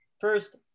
first